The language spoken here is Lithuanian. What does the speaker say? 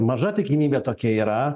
maža tikimybė tokia yra